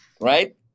Right